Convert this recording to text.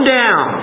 down